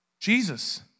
Jesus